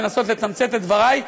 לנסות לתמצת את דברי,